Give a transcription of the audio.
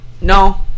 No